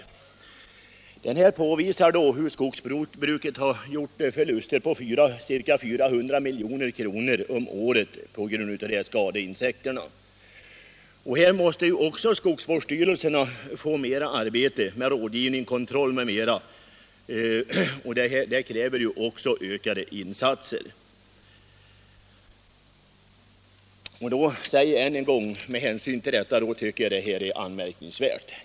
I propositionen påvisas hur skogsbruket gjort förluster på ca 400 milj.kr. om året på grund av dessa skadeinsekter. Här måste skogsvårdsstyrelserna få mera arbete med rådgivning, kontroll m.m., och det kräver också ökade insatser. Med hänsyn till allt detta säger jag än en gång att jag tycker att reservanternas ställningstagande är anmärkningsvärt.